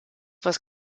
was